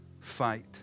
fight